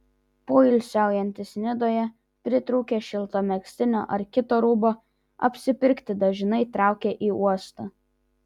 poilsiaujantys nidoje pritrūkę šilto megztinio ar kito rūbo apsipirkti dažnai traukia į uostą